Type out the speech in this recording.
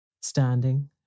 standing